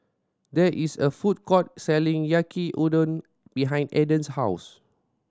there is a food court selling Yaki Udon behind Adan's house